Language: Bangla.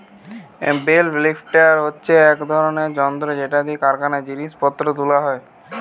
বেল লিফ্টার হচ্ছে এক রকমের যন্ত্র যেটা দিয়ে কারখানায় জিনিস পত্র তুলা হয়